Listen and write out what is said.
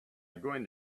going